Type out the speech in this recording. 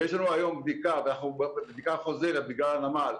ויש לנו היום בדיקה חוזרת בגלל הנמל,